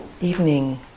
evening